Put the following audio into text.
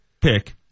pick